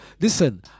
Listen